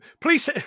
Please